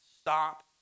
Stop